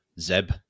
Zeb